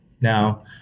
Now